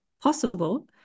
possible